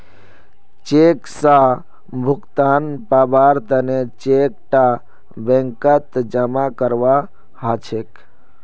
cheque स भुगतान पाबार तने चेक टा बैंकत जमा करवा हछेक